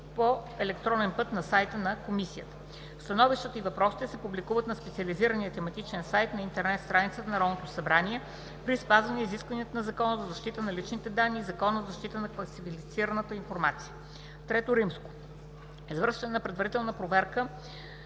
по електронен път на e-mail: budget@parliament.bg. Становищата и въпросите се публикуват на специализирания тематичен сайт на интернет страницата на Народното събрание при спазване изискванията на Закона за защита на личните данни и Закона за защита на класифицираната информация. III. Извършване на предварителна проверка